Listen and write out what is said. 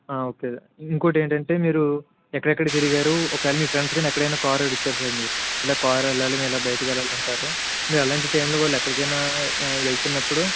ఆ ఓకే ఇంకొకటి ఏంటంటే మీరు ఎక్కడెక్కడ తిరిగారు ఒకవేళ మీ ఫ్రెండ్స్ గాని ఎక్కడైనా కార్ అడుగుతారు సార్ మీరు ఇలా కార్లో వెళ్ళాలి ఇలా మేము బయటకు వెళ్ళాలి అంటారు మీరు అలాంటి టైములో వాళ్ళు ఎక్కడికైనా వెళ్తున్నప్పుడు